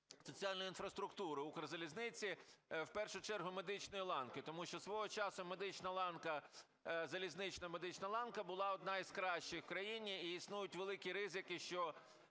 соціальної інфраструктури Укрзалізниці, в першу чергу медичної ланки? Тому що свого часу медична ланка, залізнична медична ланка була одна із кращих в країні, і існують великі ризики, що